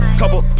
couple